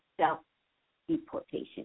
self-deportation